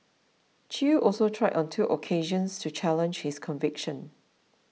Chew also tried on two occasions to challenge his conviction